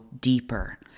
deeper